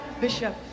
Bishop